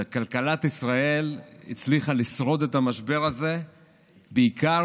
שכלכלת ישראל הצליחה לשרוד את המשבר הזה בעיקר